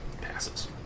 passes